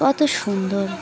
কত সুন্দর